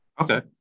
Okay